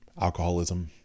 alcoholism